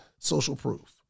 socialproof